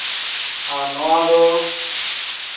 ᱟᱨ ᱱᱚᱣᱟᱫᱚ